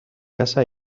casa